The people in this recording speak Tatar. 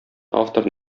автор